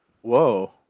whoa